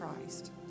Christ